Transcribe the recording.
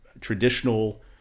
traditional